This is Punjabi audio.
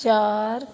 ਚਾਰ